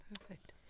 Perfect